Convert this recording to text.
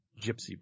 Gypsy